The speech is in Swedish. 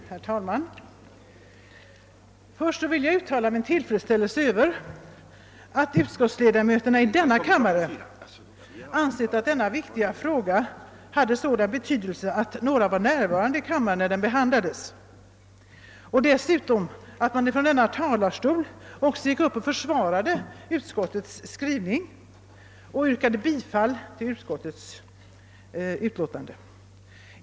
Herr talman! Först vill jag uttala min tillfredsställelse över att några av utskottsledamöterna i denna kammare ansett att denna fråga har så stor betydelse, att de är närvarande i kammaren när den behandlas och att man dessutom har gått upp i talarstolen för att försvara utskottets skrivning och yrka bifall till utskottets hemställan.